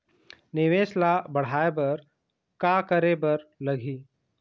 निवेश ला बढ़ाय बर का करे बर लगही?